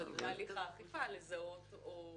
אבל בתהליך האכיפה הוא צריך לזהות.